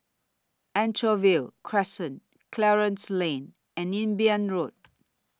Anchorvale Crescent Clarence Lane and Imbiah Road